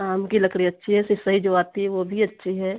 आम की लकड़ी अच्छी है सिसई जो आती है वो भी अच्छी है